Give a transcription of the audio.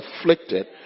afflicted